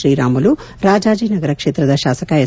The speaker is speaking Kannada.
ಶ್ರೀರಾಮುಲು ರಾಜಾಜನಗರ ಕ್ಷೇತ್ರದ ಶಾಸಕ ಎಸ್